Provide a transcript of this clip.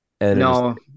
No